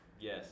Yes